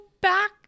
back